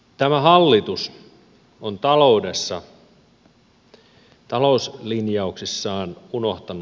tämä hallitus on talouslinjauksissaan unohtanut suomen